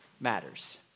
matters